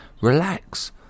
relax